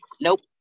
Nope